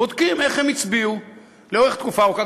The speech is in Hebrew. בודקים איך הם הצביעו לאורך תקופה ארוכה.